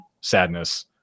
sadness